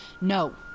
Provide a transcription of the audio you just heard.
No